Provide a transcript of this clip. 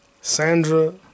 Sandra